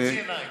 להוציא עיניים.